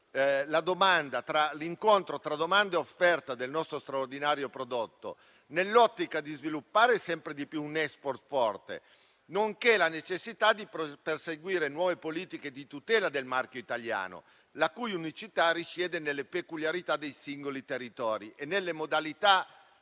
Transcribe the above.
l'incontro tra domanda e offerta del nostro straordinario prodotto. Questo va nell'ottica di sviluppare sempre di più un *export* forte, nonché la necessità di perseguire nuove politiche di tutela del marchio italiano, la cui unicità risiede nelle peculiarità dei singoli territori e nelle modalità